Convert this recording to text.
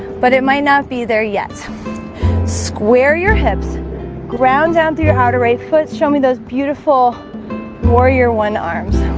but it might not be there yet square your hips ground down through your outer right foot show me those beautiful warrior one arms